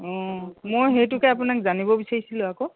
অ মই সেইটোকে আপোনাক জানিব বিচাৰিছিলোঁ আকৌ